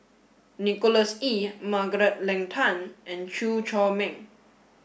Nicholas Ee Margaret Leng Tan and Chew Chor Meng